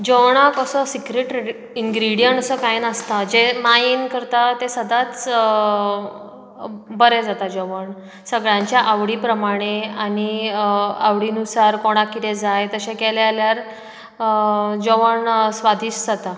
जेवणाक असो secret ingredient असो कांय नासता जे मायेन करता ते सदांच बरें जाता जेवण सगळ्यांच्या आवडी प्रमाणे आनी आवडीनुसार कोणाक कितें जाय तशें केले जाल्यार जेवण स्वादिश्ट जाता